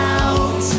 out